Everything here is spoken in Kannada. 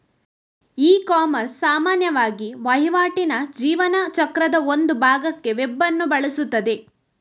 ಇಕಾಮರ್ಸ್ ಸಾಮಾನ್ಯವಾಗಿ ವಹಿವಾಟಿನ ಜೀವನ ಚಕ್ರದ ಒಂದು ಭಾಗಕ್ಕೆ ವೆಬ್ ಅನ್ನು ಬಳಸುತ್ತದೆ